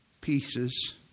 pieces